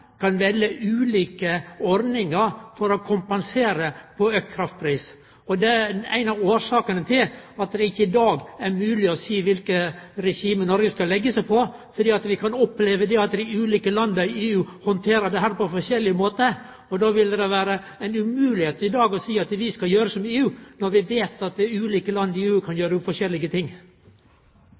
kan velje ulike ordningar for å kompensere for auka kraftpris. Det er ei av årsakene til at det i dag ikkje er mogleg å seie kva for regime Noreg skal leggje seg på. Vi kan oppleve at dei ulike landa i EU handterer dette på forskjellige måtar. Det vil i dag vere umogleg å seie at vi skal gjere som EU, når vi veit at dei ulike landa i EU kan gjere forskjellige ting.